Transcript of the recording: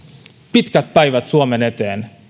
pitkät päivät suomen eteen